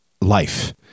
life